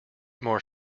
more